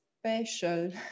special